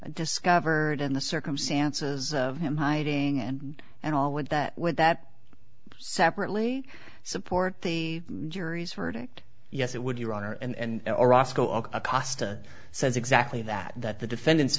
discovered and the circumstances of him hiding and and all would that would that separately support the jury's verdict yes it would your honor and acosta says exactly that that the defendant's